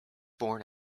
born